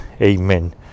Amen